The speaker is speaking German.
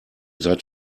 seid